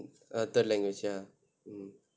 uh third language ya